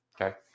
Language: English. Okay